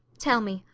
tell me,